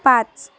पाच